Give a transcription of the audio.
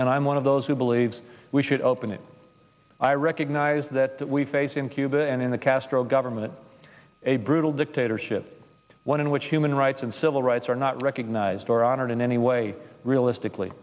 and i'm one of those who believes we should open it i recognize that we face in cuba and in the castro government a brutal dictatorship one in which human rights and civil rights are not recognized or honored in any way realistically